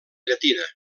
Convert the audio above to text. llatina